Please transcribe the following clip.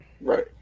Right